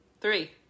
Three